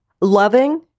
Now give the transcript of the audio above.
loving